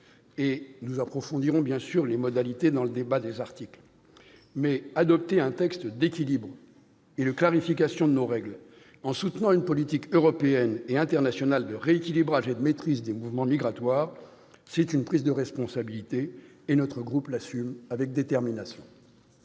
avons à approfondir les modalités au cours du débat des articles. Adopter un texte d'équilibre et de clarification de nos règles, en soutenant une politique européenne et internationale de rééquilibrage et de maîtrise des mouvements migratoires, c'est une prise de responsabilité. Mon groupe l'assume avec détermination